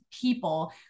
people